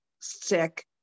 sick